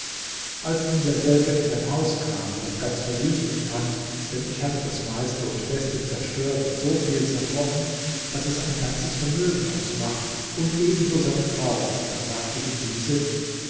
als nun derselbe in sein haus kam und es ganz verwüstet fand denn ich hatte das meiste und beste zerstört und so viel zerbrochen daß es ein ganzes vermögen ausmacht und ebenso seine frau da sagte ihm diese